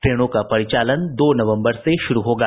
ट्रेनों का परिचालन दो नवम्बर से शुरू होगा